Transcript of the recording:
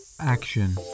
Action